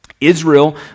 Israel